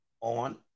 On